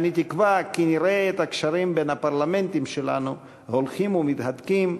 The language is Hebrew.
אני תקווה כי נראה את הקשרים בין הפרלמנטים שלנו הולכים ומתהדקים,